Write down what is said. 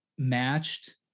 Matched